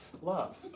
Love